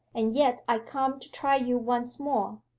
and yet i come to try you once more.